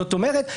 זאת אומרת,